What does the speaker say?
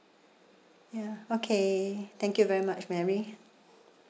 ya okay thank you very much marie